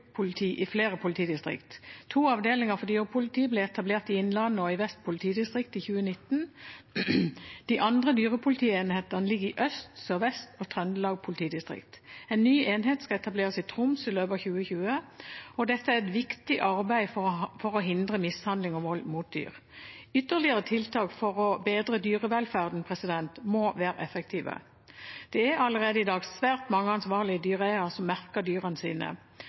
i flere politidistrikt. To avdelinger for dyrepoliti ble etablert i Innlandet og Vest politidistrikt i 2019. De andre dyrepolitienhetene ligger i Øst, Sør-Vest og Trøndelag politidistrikt. En ny enhet skal etableres i Troms i løpet av 2020. Dette er et viktig arbeid for å hindre mishandling og vold mot dyr. Ytterligere tiltak for å bedre dyrevelferden må være effektive. Det er allerede i dag svært mange ansvarlige dyreeiere som merker dyrene sine,